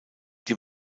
die